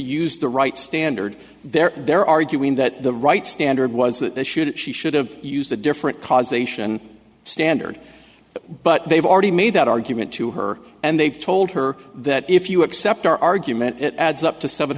use the right standard there they're arguing that the right standard was that they shouldn't she should have used a different causation standard but they've already made that argument to her and they told her that if you accept our argument it adds up to seven